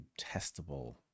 testable